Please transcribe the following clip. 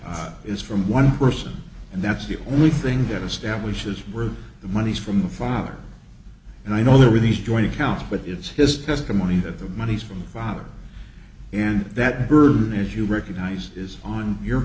is from one person and that's the only thing that establishes where the money's from the father and i know there were these joint accounts but it's his testimony that the monies from the father and that burden as you recognize is on your